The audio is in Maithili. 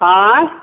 आँय